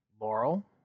Laurel